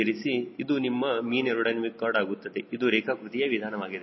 ಇದು ನಿಮ್ಮ mean aerodynamic chord ಆಗುತ್ತದೆ ಇದು ರೇಖಾಕೃತಿಯ ವಿಧಾನವಾಗಿದೆ